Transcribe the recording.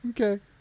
okay